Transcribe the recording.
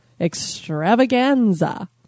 extravaganza